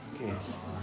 Yes